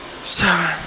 seven